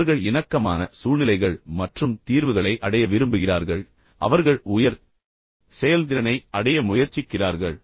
அவர்கள் இணக்கமான சூழ்நிலைகள் மற்றும் தீர்வுகளை அடைய விரும்புகிறார்கள் பின்னர் அவர்கள் உயர் செயல்திறனை அடைய முயற்சிக்கிறார்கள்